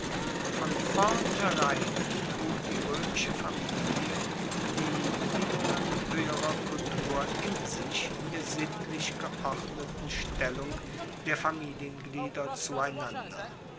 von vornherein trug die roemische familie die bedingungen hoeherer kultur in sich in der sittlich geordneten stellung der familienglieder zueinander